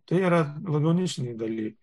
tai yra labiau nišiniai dalykai